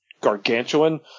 gargantuan